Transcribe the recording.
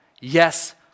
yes